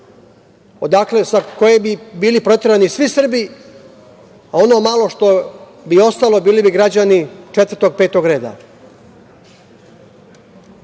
sa koje bi bili proterani svi Srbi, a ono malo što bi ostalo, bili bi građani četvrtog, petog reda. Ne